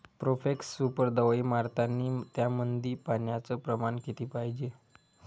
Profex super दवाई मारतानी त्यामंदी पान्याचं प्रमाण किती पायजे?